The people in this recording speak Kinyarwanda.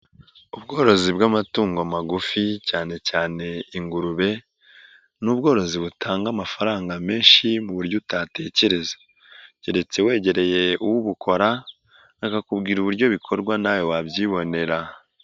Ubworozi bw'amatungo magufi cyane cyane ingurube ni ubworozi butanga amafaranga menshi mu buryo utatekereza, keretse wegereye ubukora, akakubwira uburyo bikorwa nawe wabyibonera.